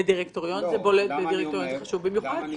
בדירקטוריון זה בולט, בדירקטוריון זה חשוב במיוחד.